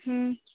हुँ